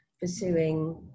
pursuing